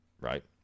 right